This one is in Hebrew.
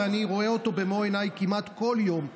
ואני רואה אותו במו עיניי כמעט כל יום,